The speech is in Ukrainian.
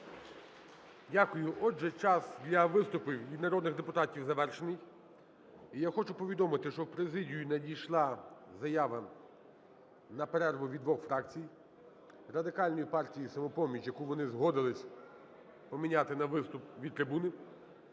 Дякую. Отже, час для виступів народних депутатів завершений. Я хочу повідомити, що в президію надійшла заява на перерву від двох фракцій: Радикальної партії і "Самопоміч", – яку вони згодились поміняти на виступ від трибуни.